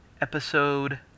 Episode